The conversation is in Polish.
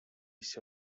się